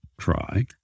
try